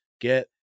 get